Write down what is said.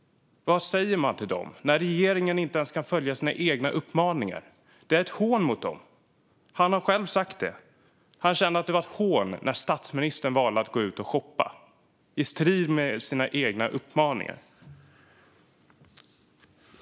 Vad säger man till dem när regeringen inte ens kan följa sina egna uppmaningar? Det är ett hån mot dem. Min kompis har själv sagt det. Han kände att det var ett hån när statsministern valde att gå ut och shoppa i strid med sina egna uppmaningar.